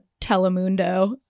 telemundo